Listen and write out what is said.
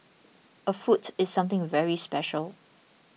a foot is something very special